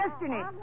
destiny